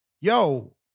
Yo